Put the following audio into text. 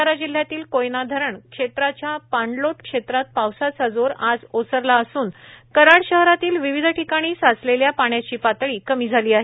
सातारा जिल्हयातील कोयना धरण क्षेत्राच्या पाणलोट क्षेत्रात पावसाचा जोर आज ओसरला असून कराड शहरातील विविध ठिकाणी साचलेल्या पाण्याची पातळी कमी झाली आहे